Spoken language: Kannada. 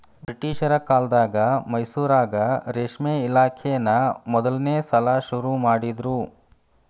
ಬ್ರಿಟಿಷರ ಕಾಲ್ದಗ ಮೈಸೂರಾಗ ರೇಷ್ಮೆ ಇಲಾಖೆನಾ ಮೊದಲ್ನೇ ಸಲಾ ಶುರು ಮಾಡಿದ್ರು